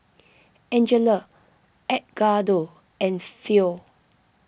Angela Edgardo and Philo